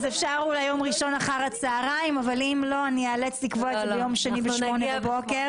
אם אני כבר עובדת לפי תקן ה-UGMP ואם אני כבר מייצרת בבדיקות מעבדה יותר